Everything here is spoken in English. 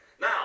Now